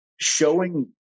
showing